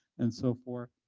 and so forth.